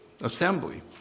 assembly